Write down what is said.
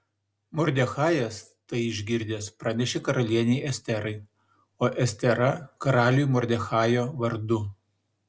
mordechajas tai išgirdęs pranešė karalienei esterai o estera karaliui mordechajo vardu